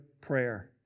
prayer